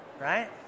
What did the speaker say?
right